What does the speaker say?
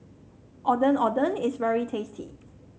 Ondeh Ondeh is very tasty